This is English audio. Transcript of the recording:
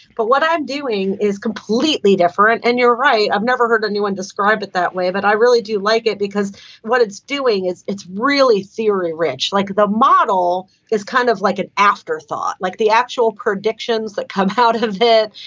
but what i'm doing is completely different. and you're right. i've never heard anyone describe it that way. but i really do like it because what it's doing is it's really theory rich. like the model is kind of like an afterthought. like the actual predictions that come how to have it.